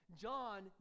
John